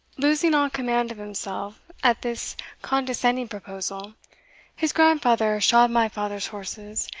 losing all command of himself at this condescending proposal his grandfather shod my father's horses,